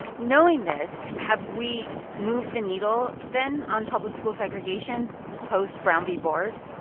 knowing this, have we moved the needle, then, on public school segregation post brown v. board?